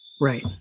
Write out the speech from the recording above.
Right